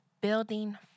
Building